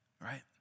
Right